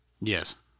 Yes